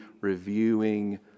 reviewing